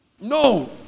No